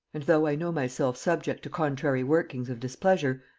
and though i know myself subject to contrary workings of displeasure,